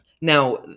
Now